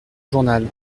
journal